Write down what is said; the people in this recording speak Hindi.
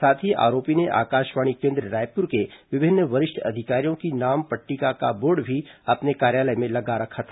साथ ही आरोपी ने आकाशवाणी केन्द्र रायपुर के विभिन्न वरिष्ठ अधिकारियों की नाम पट्टिका का बोर्ड भी अपने कार्यालय में लगा रखा था